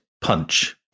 punch